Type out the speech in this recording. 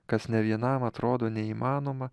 kas ne vienam atrodo neįmanoma